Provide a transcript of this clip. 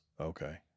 Okay